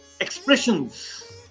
expressions